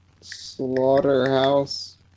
Slaughterhouse